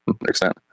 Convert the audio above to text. extent